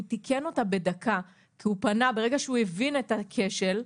ברגע שהוא הבין את הכשל,